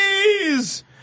please